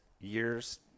years